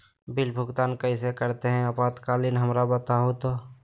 Bill भुगतान कैसे करते हैं आपातकालीन हमरा बताओ तो?